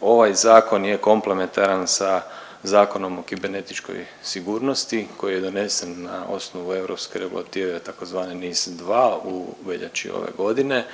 Ovaj zakon je komplementaran sa Zakonom o kibernetičkoj sigurnosti koji je donesen na osnovu europske regulative tzv. NIS2 u veljači ove godine